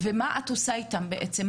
ומה את עושה אתן בעצם.